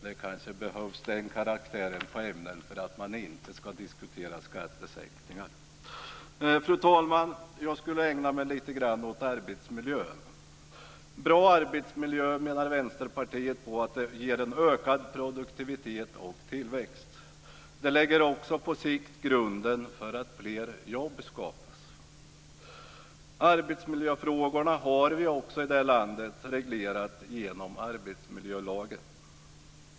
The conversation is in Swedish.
Det kanske behövs den karaktären på ämnet för att man inte ska diskutera skattesänkningar. Fru talman! Jag ska ägna mig lite grann åt arbetsmiljön. En bra arbetsmiljö, menar Vänsterpartiet, ger en ökad produktivitet och tillväxt. Det lägger också på sikt grunden för att fler jobb skapas. Arbetsmiljöfrågorna har vi i det här landet reglerat genom arbetsmiljölagen.